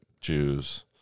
Jews